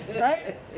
right